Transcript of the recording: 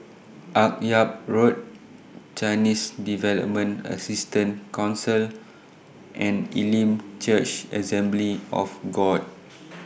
Akyab Road Chinese Development Assistance Council and Elim Church Assembly of God